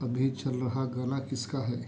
ابھی چل رہا گانا کس کا ہے